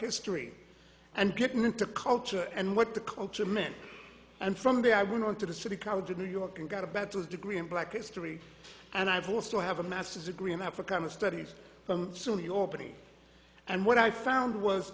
history and getting into culture and what the culture meant and from the i went on to the city college of new york and got a bad to his degree in black history and i've also have a master's degree in africa studies sunni opening and what i found was